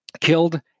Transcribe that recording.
killed